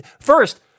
first